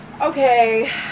Okay